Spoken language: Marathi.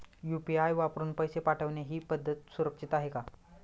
यु.पी.आय वापरून पैसे पाठवणे ही पद्धत सुरक्षित आहे का?